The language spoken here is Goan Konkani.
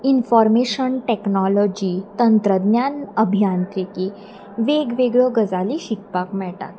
इनफोर्मेशन टॅक्नोलॉजी तंत्रज्ञान अभियांत्रिकी वेगवेगळ्यो गजाली शिकपाक मेळटात